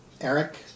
Eric